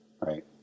Right